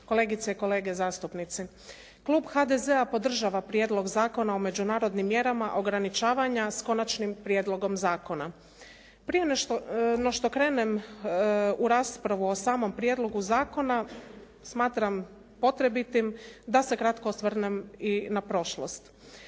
kolegice i kolege zastupnici. Klub HDZ-a podržava Prijedlog zakona o međunarodnim mjerama ograničavanja s Konačnim prijedlogom zakona. Prije no što krenem u raspravu o samom prijedlogu zakona smatram potrebitim da se kratko osvrnem i na prošlost.